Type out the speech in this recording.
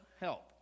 help